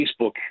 Facebook